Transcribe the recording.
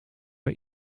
hij